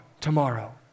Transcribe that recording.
tomorrow